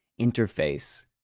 interface